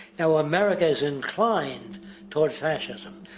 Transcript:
now america is inclined toward fascism.